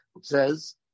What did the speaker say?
says